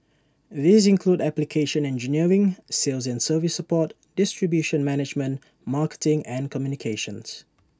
these include application engineering sales and service support distribution management marketing and communications